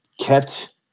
kept